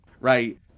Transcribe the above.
right